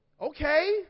Okay